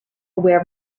aware